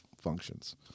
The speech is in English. functions